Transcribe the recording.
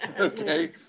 Okay